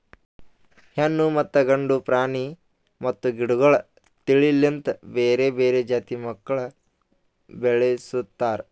ಹೆಣ್ಣು ಮತ್ತ ಗಂಡು ಪ್ರಾಣಿ ಮತ್ತ ಗಿಡಗೊಳ್ ತಿಳಿ ಲಿಂತ್ ಬೇರೆ ಬೇರೆ ಜಾತಿ ಮಕ್ಕುಲ್ ಬೆಳುಸ್ತಾರ್